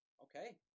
Okay